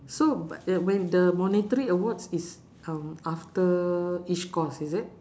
so bu~ uh when the monetary awards is um after each course is it